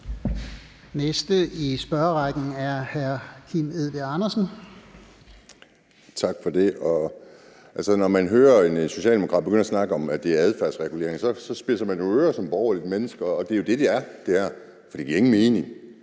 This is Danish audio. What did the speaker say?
Edberg Andersen. Kl. 13:21 Kim Edberg Andersen (DD): Tak for det. Når man hører en socialdemokrat begynde at snakke om, at det er adfærdsregulering, så spidser man jo ører som borgerligt menneske, og det er jo det, det her er, for det giver ingen mening.